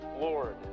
Lord